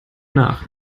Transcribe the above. nach